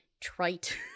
trite